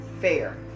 fair